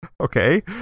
Okay